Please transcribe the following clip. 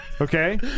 Okay